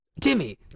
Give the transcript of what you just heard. Timmy